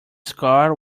scar